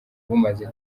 bumaze